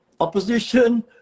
opposition